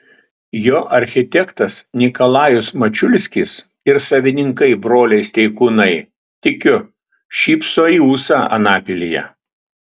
jo architektas nikolajus mačiulskis ir savininkai broliai steikūnai tikiu šypso į ūsą anapilyje